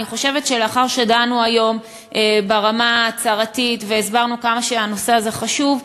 אני חושבת שלאחר שדנו היום ברמה ההצהרתית והסברנו כמה הנושא הזה חשוב,